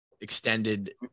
extended